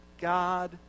God